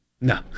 No